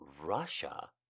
Russia